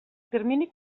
termini